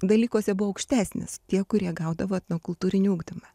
dalykuose buvo aukštesnis tie kurie gaudavo etnokultūrinį ugdymą